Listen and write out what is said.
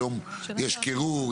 היום יש קירור,